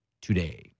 today